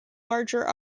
larger